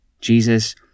Jesus